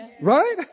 Right